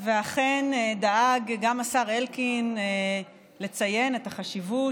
ואכן דאג גם השר אלקין לציין את החשיבות